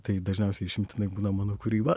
tai dažniausiai išimtinai būna mano kūryba